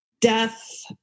death